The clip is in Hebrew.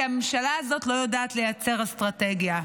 כי הממשלה הזאת לא יודעת לייצר אסטרטגיה,